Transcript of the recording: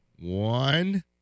One